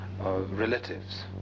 relatives